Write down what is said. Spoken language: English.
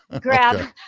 grab